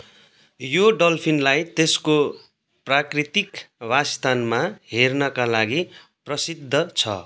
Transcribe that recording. यो डल्फिनलाई त्यसको प्राकृतिक बासस्थानमा हेर्नका लागि प्रसिद्ध छ